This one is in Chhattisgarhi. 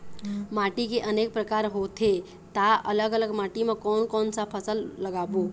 माटी के अनेक प्रकार होथे ता अलग अलग माटी मा कोन कौन सा फसल लगाबो?